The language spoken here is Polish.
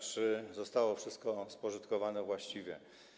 Czy zostało wszystko spożytkowane właściwie?